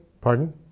pardon